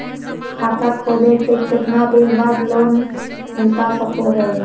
खाता खोले के कितना दिन बाद लोन मिलता सको है?